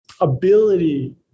ability